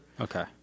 Okay